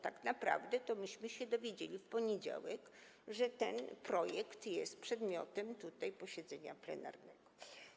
Tak naprawdę, to myśmy się dowiedzieli w poniedziałek, że ten projekt jest przedmiotem posiedzenia plenarnego.